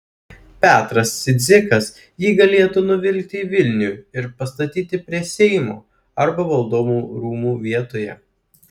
petras cidzikas jį galėtų nuvilkti į vilnių ir pastatyti prie seimo arba valdovų rūmų vietoje